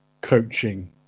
coaching